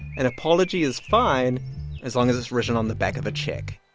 an apology is fine as long as it's written on the back of a check